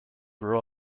grew